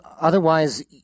otherwise